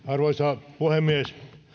arvoisa puhemies